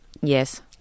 Yes